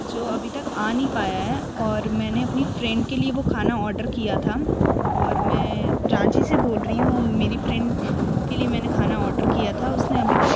जो अभी तक आ नहीं पाया है और मैंने अपनी फ़्रेड के लिए वो खाना ऑडर किया था और मैं रांझी से बोल रही हूँ मेरी फ़्रेड के लिए मैंने खाना ऑडर किया था उसने अभी तक